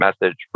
message